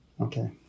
okay